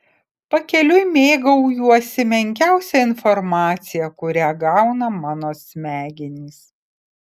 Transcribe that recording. pakeliui mėgaujuosi menkiausia informacija kurią gauna mano smegenys